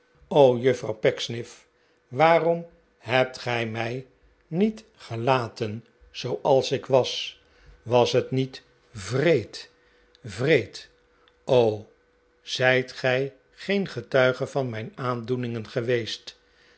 o juffrouw pecksniff waarom hebt gij mij niet gelaten zooals ik was was het niet wreed wreedl o zijt gij geen getuige van mijn aandoeningen geweest